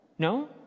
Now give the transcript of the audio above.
No